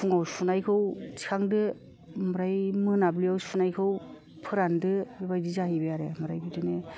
फुङाव सुनायखौ थिखांदो आमफ्राय मोनाबिलियाव सुनायखौ फोरानदो बेबादि जाहैबाय आरो ओमफ्राय बिदिनो